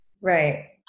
Right